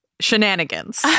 shenanigans